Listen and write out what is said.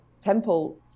temple